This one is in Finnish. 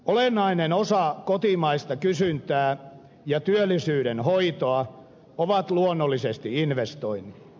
olennainen osa kotimaista kysyntää ja työllisyyden hoitoa ovat luonnollisesti investoinnit